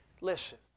Listen